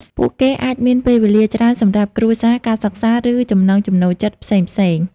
ពួកគេអាចមានពេលវេលាច្រើនសម្រាប់គ្រួសារ ការសិក្សា ឬចំណង់ចំណូលចិត្តផ្សេងៗ។